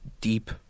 deep